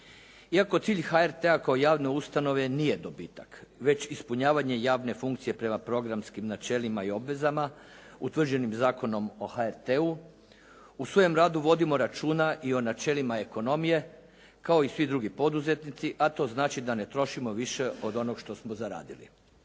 Iako cilj HRT-a kao javne ustanove nije dobitak, već ispunjavanje javne funkcije prema programskim načelima i obvezama utvrđeni Zakonom o HRT-u u svojem radu vodimo računa i o načelima ekonomije, kao i svi drugi poduzetnici, a to znači da ne trošimo više od onog što smo zaradili.